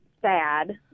sad